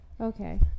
Okay